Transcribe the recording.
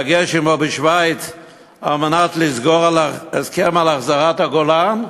להיפגש עמו בשווייץ כדי לסגור הסכם על החזרת הגולן,